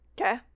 Okay